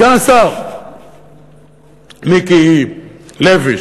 סגן השר מיקי לוי,